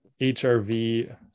HRV